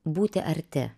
būti arti